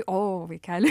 o vaikeli